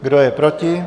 Kdo je proti?